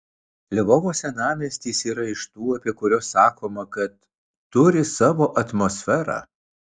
lvovo senamiestis yra iš tų apie kuriuos sakoma kad turi savo atmosferą